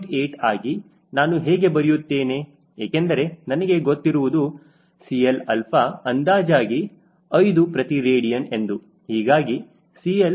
8 ಆಗಿ ನಾನು ಹೇಗೆ ಬರೆಯುತ್ತೇನೆ ಏಕೆಂದರೆ ನನಗೆ ಗೊತ್ತಿರುವುದು CLα ಅಂದಾಜಾಗಿ 5 ಪ್ರತಿ ರೇಡಿಯನ ಎಂದು ಹೀಗಾಗಿ CL 0